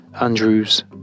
Andrew's